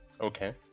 Okay